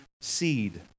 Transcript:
seed